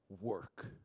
work